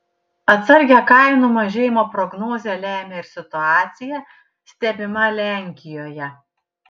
atsargią kainų mažėjimo prognozę lemia ir situacija stebima lenkijoje